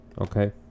Okay